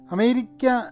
America